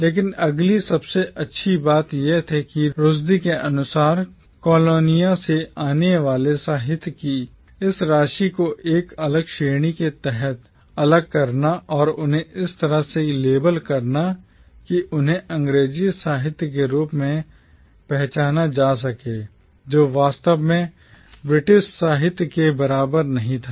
लेकिन अगली सबसे अच्छी बात यह थी कि Rushdie रुश्दी के अनुसार कॉलोनियों से आने वाले साहित्य की इस राशि को एक अलग श्रेणी के तहत अलग करना और उन्हें इस तरह से लेबल करना कि उन्हें अंग्रेजी साहित्य के रूप में पहचाना जा सके जो वास्तव में ब्रिटिश साहित्य के बराबर नहीं था